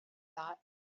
thought